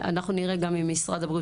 אנחנו נראה גם עם משרד הבריאות.